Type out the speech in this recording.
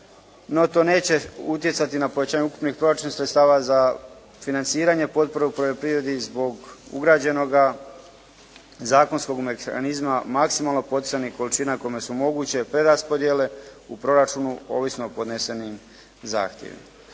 No, to neće utjecati na povećanje ukupnih proračunskih sredstava za financiranje potpore u poljoprivredi zbog ugrađenoga zakonskog mehanizma maksimalno poticanih količina u kojima su moguće preraspodjele u proračunu ovisno o podnesenim zahtjevima.